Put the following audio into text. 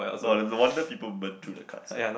oh no wonder people burn through the cards eh